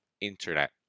internet